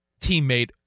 teammate